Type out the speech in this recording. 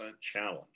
challenge